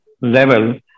level